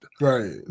Right